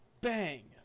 bang